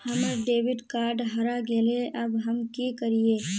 हमर debit card हरा गेले अब हम की करिये?